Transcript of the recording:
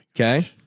okay